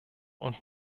und